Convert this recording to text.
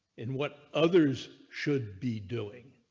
in what others should be doing.